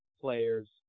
players